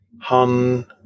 Han